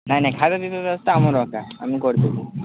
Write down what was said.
ନାଇ ନାଇ ଖାଇବା ପିଇବା ବ୍ୟବସ୍ଥା ଆମର ଏକା ଆମେ କରିଦେବୁ